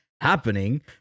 happening